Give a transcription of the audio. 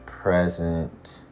Present